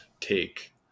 take